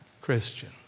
Christian